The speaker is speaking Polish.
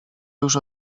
już